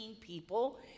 people